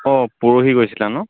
অঁ পৰহি গৈছিলা ন